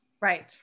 right